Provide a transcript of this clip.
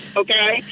okay